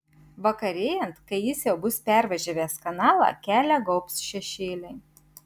vakarėjant kai jis jau bus pervažiavęs kanalą kelią gaubs šešėliai